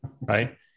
Right